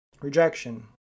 Rejection